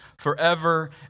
forever